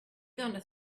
gonna